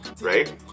right